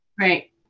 Right